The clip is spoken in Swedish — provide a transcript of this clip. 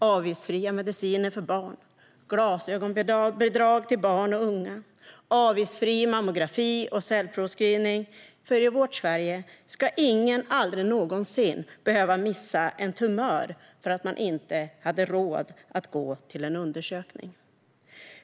Avgiftsfria mediciner för barn, glasögonbidrag till barn och unga, avgiftsfri mammografi och cellprovsscreening - i vårt Sverige ska ingen någonsin behöva missa en tumör för att man inte hade råd att gå till en undersökning.